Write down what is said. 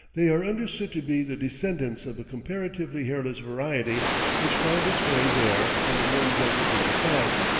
they are understood to be the descendants of a comparatively hairless variety which found its way there from the warm jungles of the south,